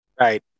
right